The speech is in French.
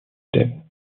élèves